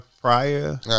prior